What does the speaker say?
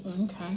Okay